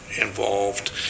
involved